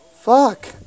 Fuck